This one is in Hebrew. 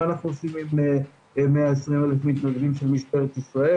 מה עושים עם 120,000 מתנדבים של משטרת ישראל?